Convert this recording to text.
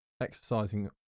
Exercising